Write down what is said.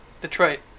Detroit